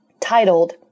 titled